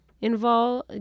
Involve